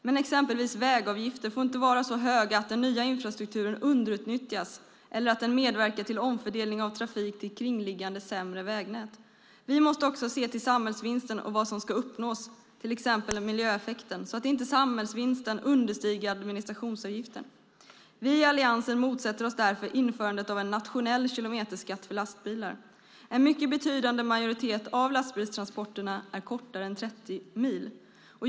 Men exempelvis vägavgifter får inte vara så höga att den nya infrastrukturen underutnyttjas eller att den medverkar till omfördelning av trafik till kringliggande sämre vägnät. Vi måste också se till samhällsvinsten och vad som ska uppnås, till exempel miljöeffekten, så att inte samhällsvinsten understiger administrationsavgiften. Vi i Alliansen motsätter oss därför införandet av en nationell kilometerskatt för lastbilar. En mycket betydande majoritet av lastbilstransporterna är kortare än 30 mil.